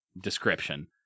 description